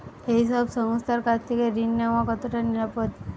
এই সব সংস্থার কাছ থেকে ঋণ নেওয়া কতটা নিরাপদ?